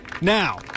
Now